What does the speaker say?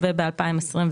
וב-2024,